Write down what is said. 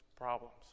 problems